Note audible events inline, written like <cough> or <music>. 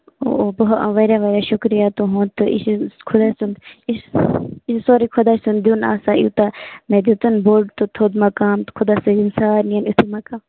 اوٚہ <unintelligible> واریاہ واریاہ شُکرِیہِ تُہنٛد تہٕ یہِ چھُ خۅداے سُنٛد یہِ چھُ سورُے خۅداے سُنٛد دیُن آسان یوٗتاہ مےٚ دِتُن بوٚڈ تہٕ تھوٚد مقام خۅداے تھٲوِنۍ سارِنی یَن یُتھُے مقام